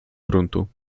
gruntu